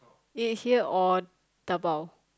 it is here or dabao